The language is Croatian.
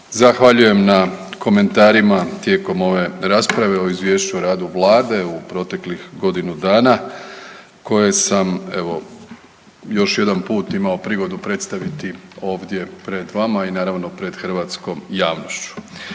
Zahvaljujem na komentarima tijekom ove rasprave o Izvješću o radu Vlade u proteklih godinu dana koje sam evo još jedan put imao prigodu predstaviti ovdje pred vama i naravno pred hrvatskom javnošću.